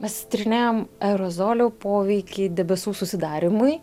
mes tyrinėjam aerozolių poveikį debesų susidarymui